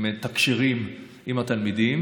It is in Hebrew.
מתקשרים עם התלמידים.